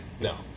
No